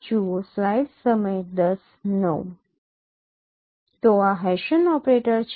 તો આ Hessian operator છે